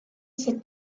cette